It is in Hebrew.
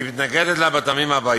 והיא מתנגדת לה, מהטעמים האלה: